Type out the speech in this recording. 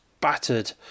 battered